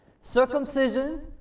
Circumcision